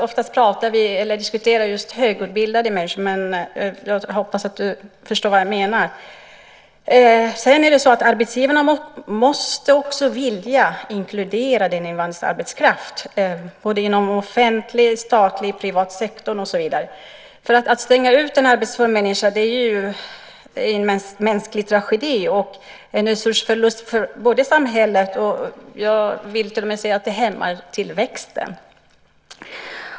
Oftast diskuterar vi högutbildade människor, men jag hoppas att du förstår vad jag menar. Arbetsgivarna måste också vilja inkludera den invandrades arbetskraft, inom både offentlig och privat sektor. Att stänga ute en arbetsför människa är en mänsklig tragedi och en sorts förlust för samhället. Jag vill till och med säga att det hämmar tillväxten.